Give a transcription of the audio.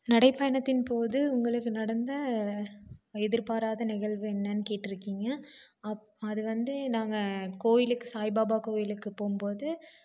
நடைபயணத்தின் போது உங்களுக்கு நடந்த எதிர் பாராத நிகழ்வு என்னன்னு கேட்டிருக்கீங்க அது வந்து நாங்கள் கோயிலுக்கு சாய்பாபா கோயிலுக்கு போகும்போது